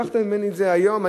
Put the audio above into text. לקחת ממני את זה היום,